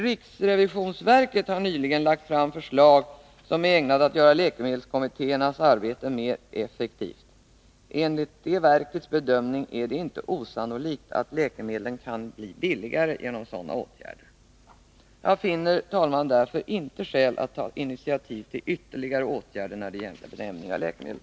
Riksrevisionsverket har nyligen lagt fram förslag som är ägnade att göra läkemedelskommittéernas arbete mera effektivt. Enligt verkets bedömning är det inte osannolikt att läkemedlen kan bli billigare genom sådana åtgärder. Jag finner, herr talman, därför inte skäl att ta initiativ till ytterligare åtgärder när det gäller benämning av läkemedel.